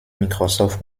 microsoft